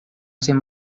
sen